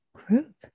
group